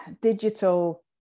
digital